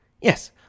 Yes